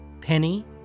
Penny